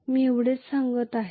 मी एवढेच सांगत आहे